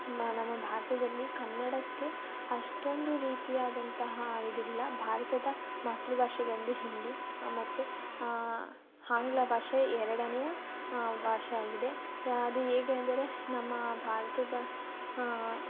ನಮ್ಮ ಭಾರತದಲ್ಲಿ ಕನ್ನಡಕ್ಕೆ ಅಷ್ಟೊಂದು ರೀತಿಯಾದಂತಹ ಇದಿಲ್ಲ ಭಾರತದ ಮಾತೃಭಾಷೆ ಬಂದು ಹಿಂದಿ ಮತ್ತು ಆಂಗ್ಲ ಭಾಷೆ ಎರಡನೆಯ ಭಾಷೆಯಾಗಿದೆ ಅದು ಹೇಗೆ ಅಂದರೆ ನಮ್ಮ ಭಾರತದ